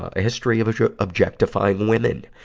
ah history of objectifying women.